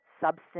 substance